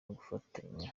gufatanya